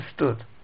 understood